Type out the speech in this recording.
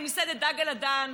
מסעדת דג על הדן,